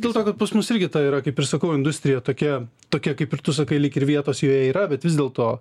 dėl to kad pas mus irgi yra kaip ir sakau industrija tokia tokia kaip ir tu sakai lyg ir vietos joje yra bet vis dėlto